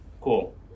cool